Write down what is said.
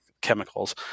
chemicals